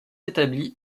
établie